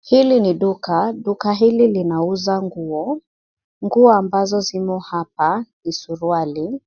Hili ni duka. Duka hili linauza nguo, nguo ambazo zimo hapa ni suruali.